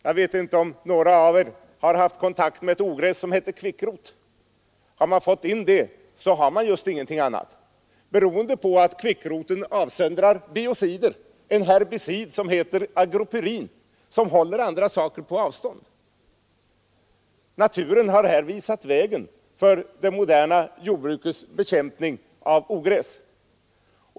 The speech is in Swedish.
Jag vet inte om några av er haft kontakt med ett ogräs som heter kvickrot. Har man fått in det, så har man just ingenting annat beroende på att kvickroten avsöndrar biocider, en herbicid som heter agropyrin som håller andra saker på avstånd. Naturen har här visat vägen för det moderna jordbrukets bekämpning av ogräs.